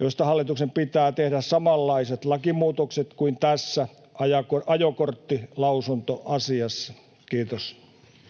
joista hallituksen pitää tehdä samanlaiset lakimuutokset kuin tässä ajokorttilausuntoasiassa. — Kiitos.